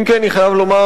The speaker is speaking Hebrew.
אם כי אני חייב לומר,